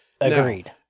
Agreed